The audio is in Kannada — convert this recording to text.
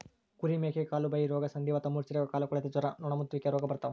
ಕುರಿ ಮೇಕೆಗೆ ಕಾಲುಬಾಯಿರೋಗ ಸಂಧಿವಾತ ಮೂರ್ಛೆರೋಗ ಕಾಲುಕೊಳೆತ ಜ್ವರ ನೊಣಮುತ್ತುವಿಕೆ ರೋಗ ಬರ್ತಾವ